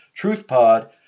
truthpod